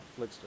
Flickster